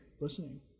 listening